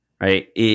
right